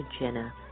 Jenna